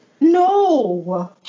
No